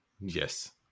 Yes